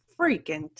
freaking